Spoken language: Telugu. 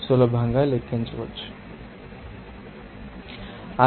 5 కిలోల వాటర్ ని కలిగి ఉండటానికి డ్రై ఎయిర్ ఏమిటో సులభంగా లెక్కించవచ్చు